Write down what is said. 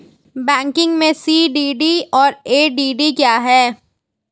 Banking में CDD और EDD क्या हैं?